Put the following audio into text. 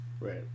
Right